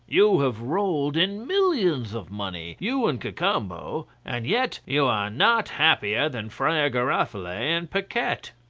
you have rolled in millions of money, you and cacambo and yet you are not happier than friar giroflee and paquette.